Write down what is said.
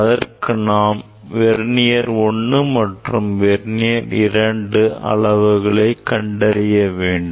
அதற்கு நாம் வெர்னியர்1 மற்றும் வெர்னியர் 2 அளவுகளை கண்டறிய வேண்டும்